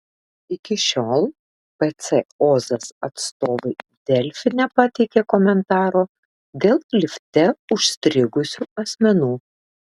iki šiol pc ozas atstovai delfi nepateikė komentaro dėl lifte užstrigusių asmenų